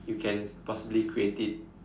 you can possibly create it